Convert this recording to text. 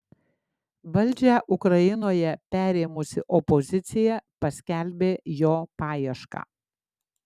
valdžią ukrainoje perėmusi opozicija paskelbė jo paiešką